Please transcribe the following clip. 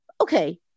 Okay